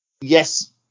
yes